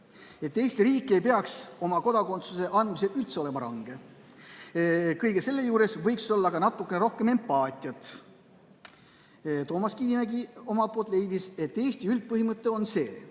sest Eesti riik ei peaks oma kodakondsuse andmisel üldse range olema. Kõige selle juures võiks olla natukene rohkem empaatiat. Toomas Kivimägi leidis, et Eesti üldpõhimõte on see,